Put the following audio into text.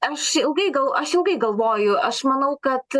aš ilgai gal aš ilgai galvoju aš manau kad